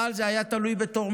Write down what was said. אבל זה היה תלוי בתורמים.